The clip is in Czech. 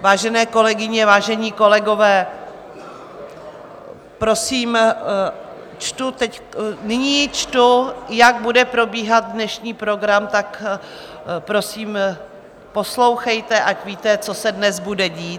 Vážené kolegyně, vážení kolegové, prosím, nyní čtu, jak bude probíhat dnešní program, tak prosím poslouchejte, ať víte, co se dnes bude dít.